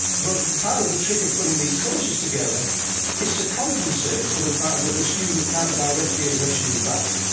but part of the trick of putting these courses together is to compensate for the fact that the student can't directly address you back.